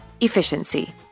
efficiency